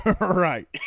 Right